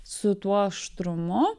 su tuo aštrumu